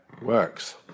works